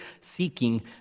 seeking